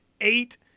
eight